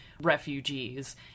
refugees